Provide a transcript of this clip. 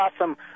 awesome